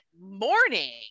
morning